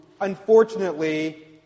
unfortunately